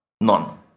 None